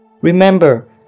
Remember